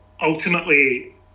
ultimately